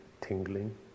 tingling